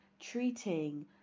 treating